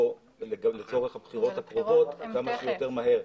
גם לצורך הבחירות הקרובות עד כמה שיותר מהר.